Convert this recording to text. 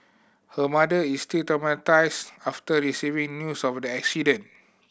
her mother is still traumatised after receiving news of the accident